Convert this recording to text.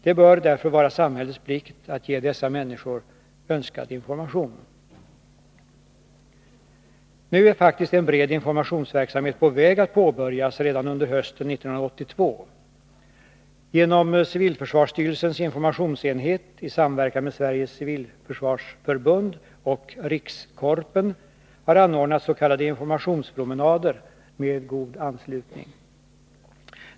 Det bör därför vara samhällets plikt att ge dessa människor önskad information. Nu är faktiskt en bred informationsverksamhet på väg att påbörjas redan under hösten 1982. Genom civilförsvarsstyrelsens informationsenhet i samverkan med Sveriges civilförsvarsförbund och Rikskorpen har anordnats s.k. informationspromenader med god anslutning.